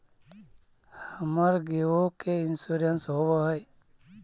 हमर गेयो के इंश्योरेंस होव है?